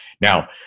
Now